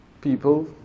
people